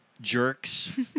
jerks